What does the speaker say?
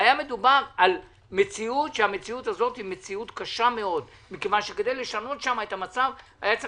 היה מדובר על מציאות קשה מאוד מכיוון שכדי לשנות שם את המצב צריך